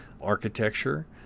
architecture